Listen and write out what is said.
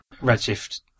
Redshift